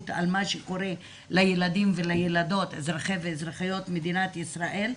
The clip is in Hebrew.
על מה שקורה לילדים ולילדות אזרחי ואזרחיות מדינת ישראל,